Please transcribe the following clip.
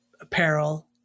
apparel